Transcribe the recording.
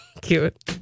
Cute